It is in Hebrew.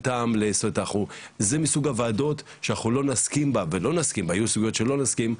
זאת אומרת זה מסוג הוועדות שאנחנו לא נסכים בה ולא נסכים בה,